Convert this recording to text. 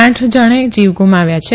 આઠ જણે જીવ ગુમાવ્યા છે